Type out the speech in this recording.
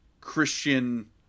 Christian